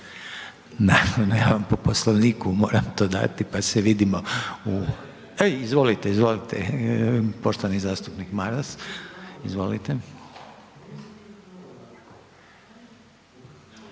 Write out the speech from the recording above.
Željko (HDZ)** Po Poslovniku moram to dati pa se vidimo u. E izvolite, izvolite poštovani zastupnik Maras.